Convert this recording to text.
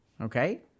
Okay